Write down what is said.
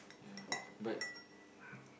yeah but